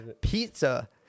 pizza